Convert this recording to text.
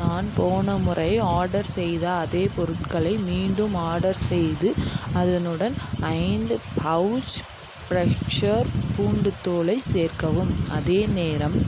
நான் போன முறை ஆடர் செய்த அதே பொருட்களை மீண்டும் ஆடர் செய்து அதனுடன் ஐந்து பௌச் ப்ரக்சோர் பூண்டுத் தூளை சேர்க்கவும் அதேநேரம்